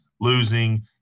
losing